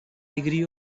degree